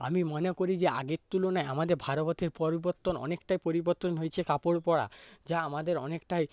আমি মনে করি যে আগের তুলনায় আমাদের পরিবর্তন অনেকটাই পরিবর্তন হয়েছে কাপড় পরা যা আমাদের অনেকটাই